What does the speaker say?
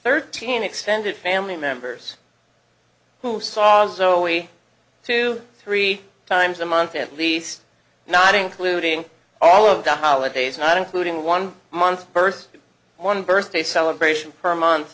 thirteen extended family members who saw oz oh we two three times a month at least not including all of the holidays not including one month of birth one birthday celebration per